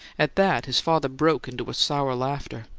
at that his father broke into a sour laughter.